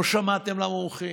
לא שמעתם למומחים.